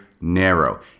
narrow